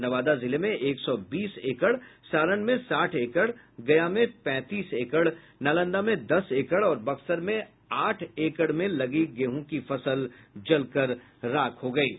नवादा जिले में एक सौ बीस एकड़ सारण में साठ एकड़ गया में पैंतीस एकड़ नालंदा में दस एकड़ और बक्सर में आठ एकड़ में लगी गेहूँ की फसल जल कर राख हो गयी है